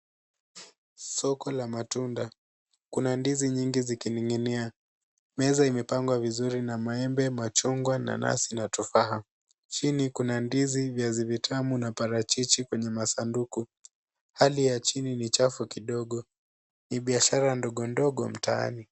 Soko la matunda kuna ndizi nyingi ziking'ing'inia. Meza imepangwa vizuri na maembe, machungwa, nanasi na tufaha. Chini kuna ndizi, viazi vitamu na parachichi kwenye masanduku, hali ya chini ni chafu kidogo, ni biashara ndogo ndogo mtaani.